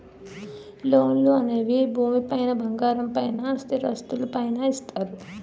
లోన్లు అనేవి భూమి పైన బంగారం పైన స్థిరాస్తులు పైన ఇస్తారు